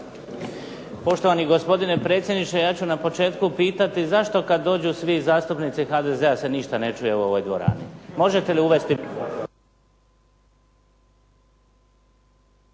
Poštovani gospodine predsjedniče ja ću na početku pitati zašto kada dođu svi zastupnici HDZ-a se ništa ne čuje u ovoj dvorani? Možete li uvesti